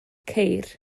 ceir